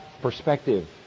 perspective